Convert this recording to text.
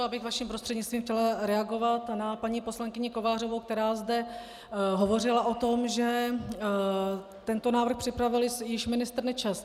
Já bych vaším prostřednictvím chtěla reagovat na paní poslankyni Kovářovou, která zde hovořila o tom, že tento návrh připravil již ministr Nečas.